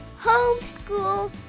Homeschool